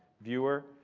viewer.